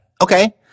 Okay